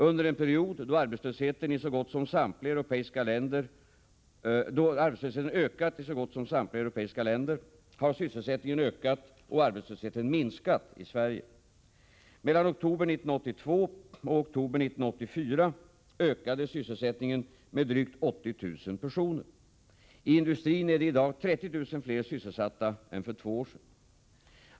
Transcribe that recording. Under en period då arbetslösheten ökat i så gott som samtliga europeiska länder har sysselsättningen ökat och arbetslösheten minskat i Sverige. Mellan oktober 1982 och oktober 1984 ökade sysselsättningen med drygt 80 000 personer. I industrin är det i dag 30 000 fler sysselsatta än för två år sedan.